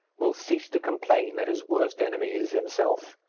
will cease to complain that his worst enemy is himself.